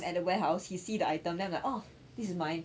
I'm at the warehouse he see the item then I'm like oh this is mine